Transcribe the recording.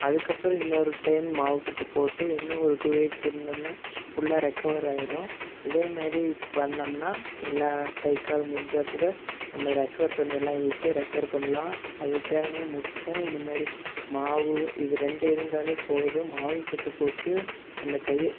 அதுக்கப்புறம் இன்னொரு டைம் மாவுக்கட்டு போட்டு இன்னும் ஒரு டூ வீக்ஸ் இருந்தோம்னால் ஃபுல்லாக ரெக்கவர் ஆயிடும் இதேமாதிரி பண்ணோம்னால் எல்லா கை கால் முறிஞ்சால்கூட நம்ம ரெக்கவர் பண்ணிடலாம் ஈஸியாக ரெக்கவர் பண்ணலாம் அதுக்குத் தேவையானது முட்டை இந்தமாதிரி மாவு இது ரெண்டு இருந்தாலே போதும் மாவுக்கட்டு போட்டு அந்த கையை